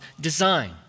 design